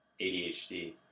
ADHD